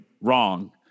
wrong